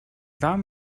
warm